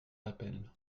d’appel